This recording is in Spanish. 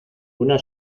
una